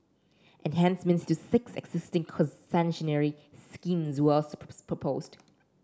enhancements to six existing concessionary schemes were also proposed